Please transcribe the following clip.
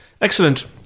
Excellent